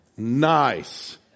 Nice